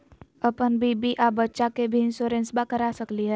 अपन बीबी आ बच्चा के भी इंसोरेंसबा करा सकली हय?